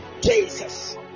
Jesus